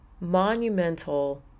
monumental